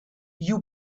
you